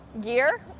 gear